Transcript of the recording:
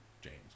James